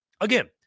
Again